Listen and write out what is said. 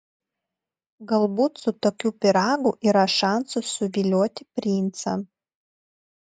galbūt su tokiu pyragu yra šansas suvilioti princą